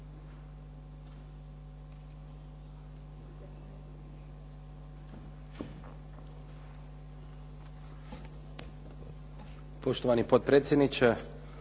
Poštovani potpredsjedniče,